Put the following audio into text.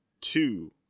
two